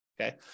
okay